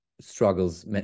struggles